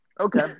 Okay